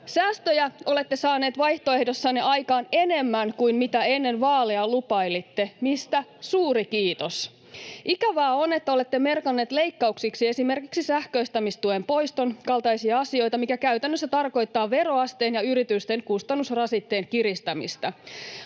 Säästöjä olette saaneet vaihtoehdossanne aikaan enemmän kuin mitä ennen vaaleja lupailitte, mistä suuri kiitos. [Timo Heinosen välihuuto] Ikävää on, että olette merkanneet leikkauksiksi esimerkiksi sähköistämistuen poiston kaltaisia asioita, mikä käytännössä tarkoittaa veroasteen ja yritysten kustannusrasitteen kiristämistä.